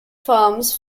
forms